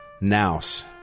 Naus